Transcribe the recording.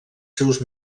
seus